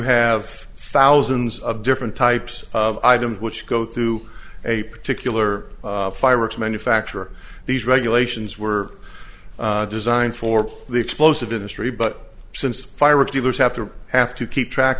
of different types of items which go through a particular fireworks manufacturer these regulations were designed for the explosive industry but since firewood dealers have to have to keep track